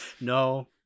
No